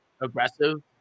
aggressive